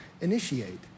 initiate